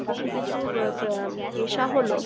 কিছু কিছু পেশা হল